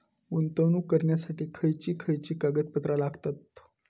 गुंतवणूक करण्यासाठी खयची खयची कागदपत्रा लागतात?